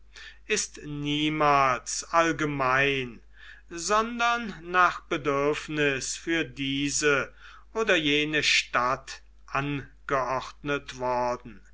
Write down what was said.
ist niemals allgemein sondern nach bedürfnis für diese oder jene stadt angeordnet worden